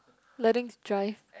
learning to drive